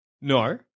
No